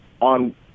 on